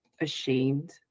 ashamed